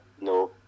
no